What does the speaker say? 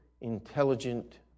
intelligent